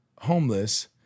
homeless